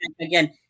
again